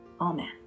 Amen